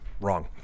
wrong